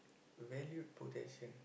valued possession